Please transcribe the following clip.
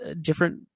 different